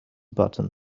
button